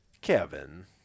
Kevin